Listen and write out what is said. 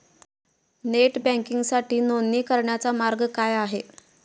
Net बँकिंगसाठी नोंदणी करण्याचा मार्ग काय आहे?